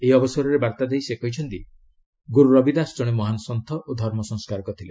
ଏହି ଅବସରରେ ବାର୍ତ୍ତା ଦେଇ ସେ କହିଛନ୍ତି ଗୁରୁ ରବିଦାସ ଜଣେ ମହାନ ସନ୍ଥ ଓ ଧର୍ମ ସଂସ୍କାରକ ଥିଲେ